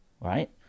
right